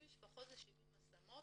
70 משפחות זה 70 השמות.